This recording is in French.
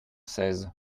seize